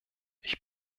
ich